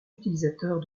utilisateurs